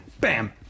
bam